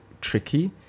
tricky